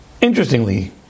Interestingly